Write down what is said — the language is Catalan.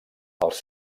els